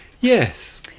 Yes